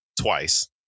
Twice